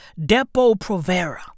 Depo-Provera